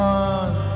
one